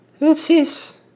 Oopsies